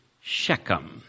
Shechem